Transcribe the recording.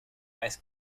ice